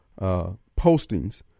postings